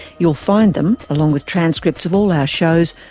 you'll find them, along with transcripts of all our shows,